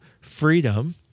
freedom